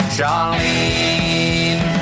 Charlene